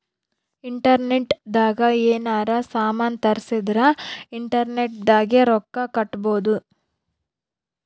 internet ದಾಗ ಯೆನಾರ ಸಾಮನ್ ತರ್ಸಿದರ ಇಂಟರ್ನೆಟ್ ದಾಗೆ ರೊಕ್ಕ ಕಟ್ಬೋದು